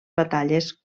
batalles